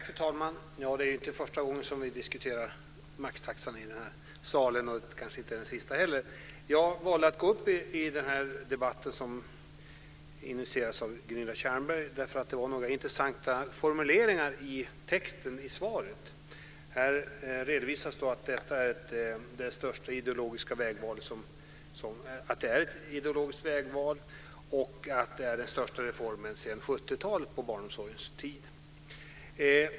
Fru talman! Det är inte första gången som vi diskuterar maxtaxan i den här salen och kanske inte den sista heller. Jag valde att gå upp i den här debatten, som initierats av Gunilla Tjernberg, därför att det var några intressanta formuleringar i texten i svaret. Det redovisas att detta är ett ideologiskt vägval och att det är den största reformen sedan 70-talet på barnomsorgens tid.